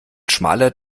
schmaler